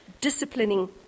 disciplining